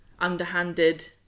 underhanded